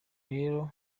rero